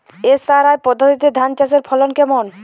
SRI পদ্ধতিতে ধান চাষের ফলন কেমন?